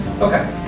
okay